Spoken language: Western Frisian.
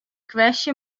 kwestje